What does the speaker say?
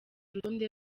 rutonde